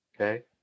Okay